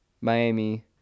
Miami